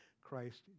Christ